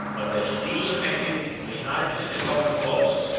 but their zeal and activity were united in the common cause,